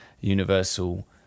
Universal